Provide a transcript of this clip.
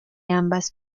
ambas